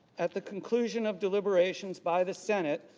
at the conclusion of deliberations by the senate,